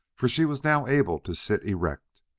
for she was now able to sit erect.